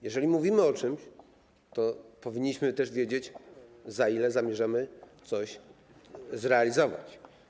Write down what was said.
Jeżeli mówimy o czymś, to powinniśmy wiedzieć, za ile zamierzamy coś zrealizować.